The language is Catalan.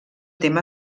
tema